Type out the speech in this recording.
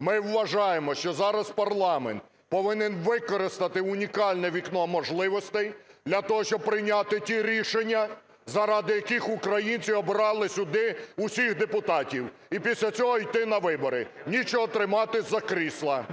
Ми вважаємо, що зараз парламент повинен використати унікальне вікно можливостей для того, щоб прийняти ті рішення, заради яких українці обирали сюди усіх депутатів, і після цього іти на вибори. Нічого триматись за крісла.